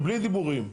בלי דיבורים,